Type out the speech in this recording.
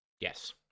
Yes